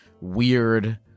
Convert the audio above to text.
weird